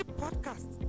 podcast